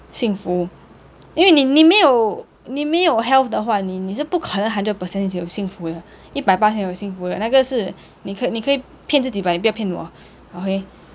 幸福因为你你没有你没有 health 的话你你是不可能 hundred percent 有幸福的一百巴仙有幸福的那个是你可以骗自己 but 你不要骗我 okay